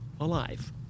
alive